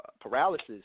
paralysis